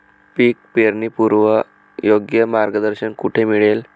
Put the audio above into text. पीक पेरणीपूर्व योग्य मार्गदर्शन कुठे मिळेल?